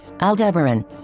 Aldebaran